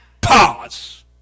pause